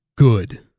Good